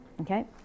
Okay